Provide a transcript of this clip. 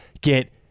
get